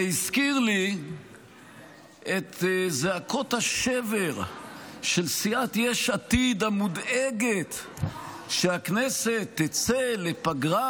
זה הזכיר לי את זעקות השבר של סיעת יש עתיד המודאגת שהכנסת תצא לפגרה,